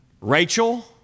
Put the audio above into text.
Rachel